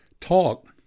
talk